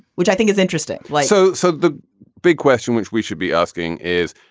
which i think is interesting like so so the big question, which we should be asking is.